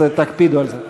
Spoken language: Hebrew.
אז תקפידו על זה.